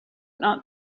not